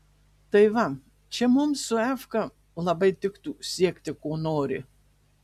tai va čia mums su efka labai tiktų siekti ko nori